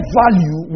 value